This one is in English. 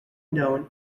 known